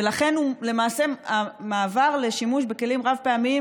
ולכן למעשה המעבר לשימוש בכלים רב-פעמיים